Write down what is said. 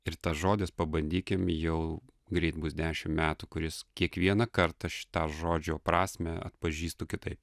ir tas žodis pabandykim jau greit bus dešim metų kuris kiekvieną kartą šitą žodžio prasmę atpažįstu kitaip